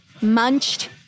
munched